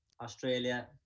Australia